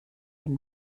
wenn